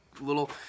little